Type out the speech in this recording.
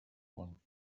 one